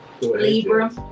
Libra